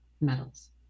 metals